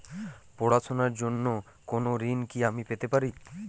পড়াশোনা র জন্য কোনো ঋণ কি আমি পেতে পারি?